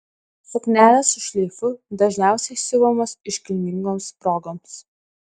suknelės su šleifu dažniausiai siuvamos iškilmingoms progoms